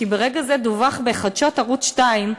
כי ברגע זה דווח בחדשות ערוץ 2,